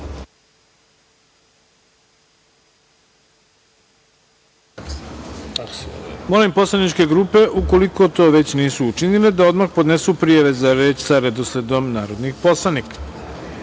poslaničke grupe, ukoliko to već nisu učinile, da odmah podnesu prijave za reč sa redosledom narodnih poslanika. Saglasno